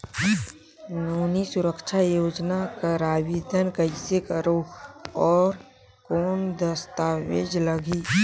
नोनी सुरक्षा योजना कर आवेदन कइसे करो? और कौन दस्तावेज लगही?